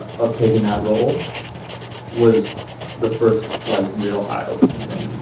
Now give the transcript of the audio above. of taking that role was the first like real eyeopening thing.